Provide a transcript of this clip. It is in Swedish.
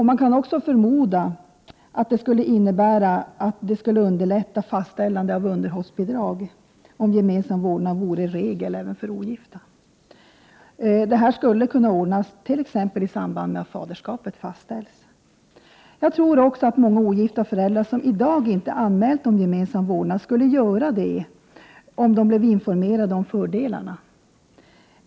Man kan också förmoda att fastställande av underhållsbidrag skulle underlättas om gemensam vårdnad vore regel även för ogifta. Detta skulle kunna ordnas t.ex. i samband med att faderskapet fastställs. Jag tror också att många ogifta föräldrar som i dag inte anmält önskemål om gemensam vårdnad skulle göra det, om de blev informerade om fördelarna.